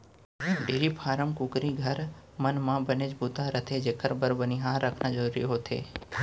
dairy farm, कुकरी घर, मन म बनेच बूता रथे जेकर बर बनिहार रखना जरूरी होथे